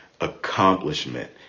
accomplishment